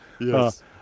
Yes